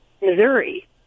Missouri